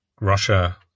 Russia